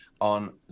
on